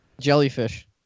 Jellyfish